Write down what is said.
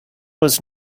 was